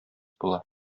була